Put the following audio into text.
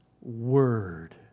word